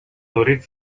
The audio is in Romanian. dorit